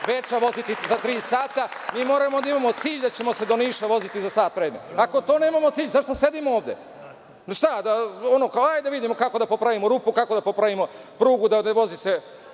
Beča voziti za tri sata. Moramo da imamo cilj da ćemo se do Niša voziti za sat vremena. Ako nemamo cilj, zašto sedimo ovde? Šta, ono kao, hajde da vidimo kako da popravimo rupu, kako da popravimo prugu, da se ne vozi.